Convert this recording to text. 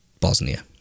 bosnia